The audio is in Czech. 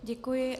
Děkuji.